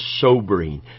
sobering